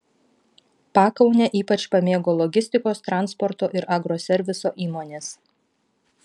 pakaunę ypač pamėgo logistikos transporto ir agroserviso įmonės